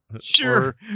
Sure